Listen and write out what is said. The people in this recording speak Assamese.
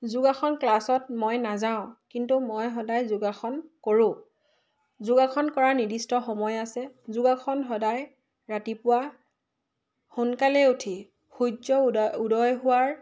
যোগাসন ক্লাছত মই নাযাওঁ কিন্তু মই সদায় যোগাসন কৰোঁ যোগাসন কৰা নিৰ্দিষ্ট সময় আছে যোগাসন সদায় ৰাতিপুৱা সোনকালে উঠি সূৰ্য উদয় হোৱাৰ